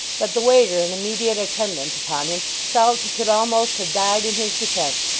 that the waiter in immediate attendance upon him felt he could almost have died in his defence,